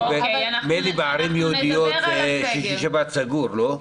ממילא בערים יהודיות זה שישי שבת סגור, לא?